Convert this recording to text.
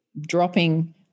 dropping